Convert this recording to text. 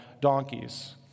donkeys